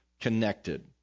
connected